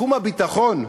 בתחום הביטחון: